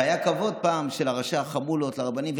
והיה פעם כבוד של ראשי החמולות לרבנים,